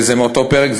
זה מאותו פרק.